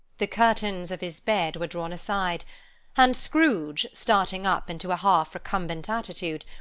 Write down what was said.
the curtains of his bed were drawn aside and scrooge, starting up into a half-recumbent attitude,